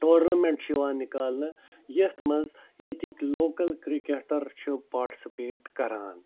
tournament چھِ یِوان نِکالنہٕ یَتھ منٛز ییٚتِکۍ لوکل کِرکٹر چھِ پارٹسِپیٹ کَران